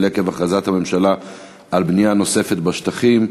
עקב הכרזת הממשלה על בנייה נוספת בשטחים,